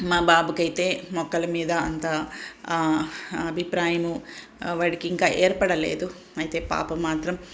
మా బాబుకి అయితే మొక్కల మీద అంతా అభిప్రాయము వాడికి ఇంకా ఏర్పడ లేదు అయితే పాప మాత్రం